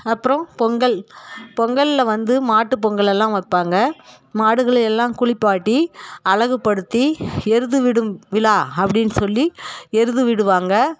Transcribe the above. அப்புறோம் பொங்கல் பொங்கலில் வந்து மாட்டு பொங்கல் எல்லாம் வைப்பாங்க மாடுகளை எல்லாம் குளிப்பாட்டி அழகு படுத்தி எருது விடும் விழா அப்படின்னு சொல்லி எருது விடுவாங்க